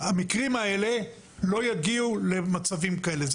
המקרים האלו לא יגיעו למצבים כאלה.